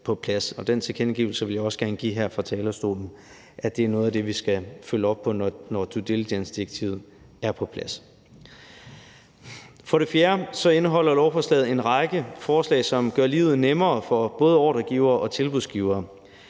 Den tilkendegivelse vil jeg også gerne give her fra talerstolen, altså at det er noget af det, vi skal følge op på, når due diligence-direktivet er på plads. For det fjerde indeholder lovforslaget en række forslag, som gør livet nemmere for både ordregivere og tilbudsgivere.